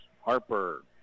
Harper